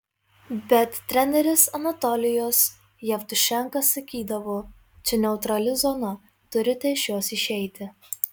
bet treneris anatolijus jevtušenka sakydavo čia neutrali zona turite iš jos išeiti